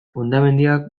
hondamendiak